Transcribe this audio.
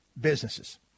businesses